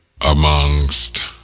amongst